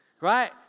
right